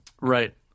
Right